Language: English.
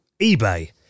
eBay